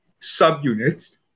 subunits